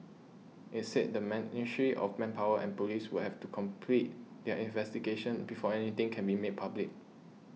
it said the Ministry of Manpower and police would have to complete their investigations before anything can be made public